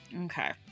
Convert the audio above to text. Okay